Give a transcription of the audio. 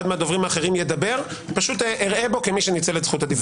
מהדוברים האחרים ידבר פשוט אראה בו כמי שניצל את זכות הדיבור שלו.